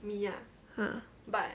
ah